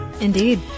Indeed